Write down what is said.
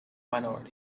minority